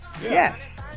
yes